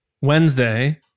wednesday